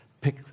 Pick